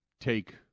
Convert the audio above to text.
take